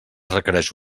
requereix